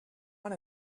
one